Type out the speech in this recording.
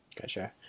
Gotcha